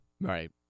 Right